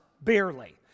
barely